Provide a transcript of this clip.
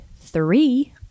three